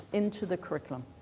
into the curriculum.